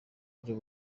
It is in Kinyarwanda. buryo